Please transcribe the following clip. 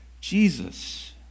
Jesus